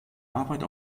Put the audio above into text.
arbeit